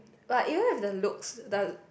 but even have the looks does